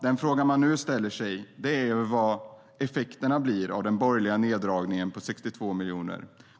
Den fråga man nu ställer sig är vad effekterna blir av den borgerliga neddragningen på 62 miljoner.